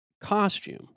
costume